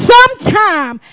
Sometime